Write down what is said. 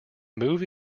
move